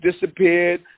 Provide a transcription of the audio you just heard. disappeared